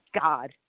God